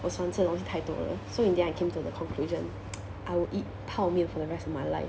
我喜欢吃的东西太多了 so in the end I came to the conclusion I will eat 泡面 for the rest of my life